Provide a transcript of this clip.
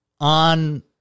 on